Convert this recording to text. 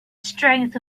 strength